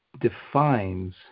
defines